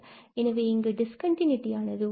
எனவே இங்கு டிஸ்கண்டினூட்டி ஆனது உள்ளது